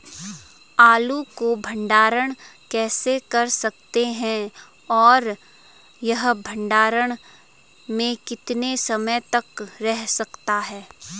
आलू को भंडारण कैसे कर सकते हैं और यह भंडारण में कितने समय तक रह सकता है?